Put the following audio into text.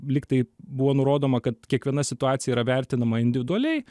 lygtai buvo nurodoma kad kiekviena situacija yra vertinama individualiai